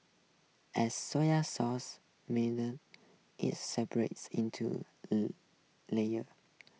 as so ya sauce make the it separates into layers